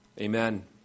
Amen